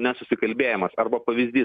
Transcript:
nesusikalbėjimas arba pavyzdys